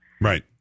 Right